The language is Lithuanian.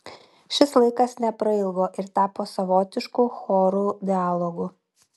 šis laikas neprailgo ir tapo savotišku chorų dialogu